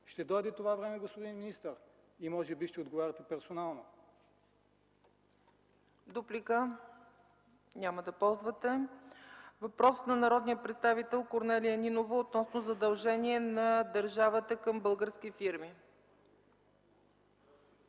Ще дойде и това време, господин министър, и може би ще отговаряте персонално. ПРЕДСЕДАТЕЛ ЦЕЦКА ЦАЧЕВА: Дуплика? Няма да ползвате. Въпрос на народния представител Корнелия Нинова относно задължение на държавата към български фирми.